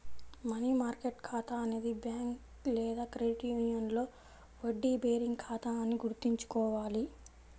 money market ఖాతా అనేది bank లేదా క్రెడిట్ యూనియన్లో వడ్డీ బేరింగ్ ఖాతా అని గుర్తుంచుకోవాలి